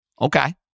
Okay